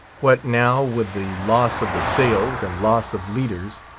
what now, with the loss of the sails, and loss of leaders,